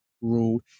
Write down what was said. rule